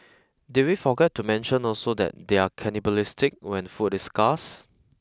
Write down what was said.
did we forget to mention also that they're cannibalistic when food is scarce